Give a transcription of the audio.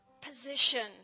position